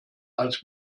als